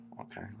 okay